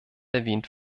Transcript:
erwähnt